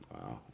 Wow